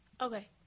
Okay